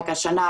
רק השנה,